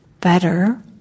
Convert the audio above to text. better